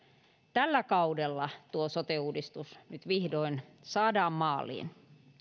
tällä kaudella tuo sote uudistus nyt vihdoin saadaan maaliin